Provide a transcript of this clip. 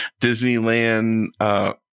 Disneyland